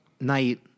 night